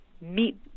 meet